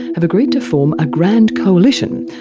have agreed to form a grand coalition,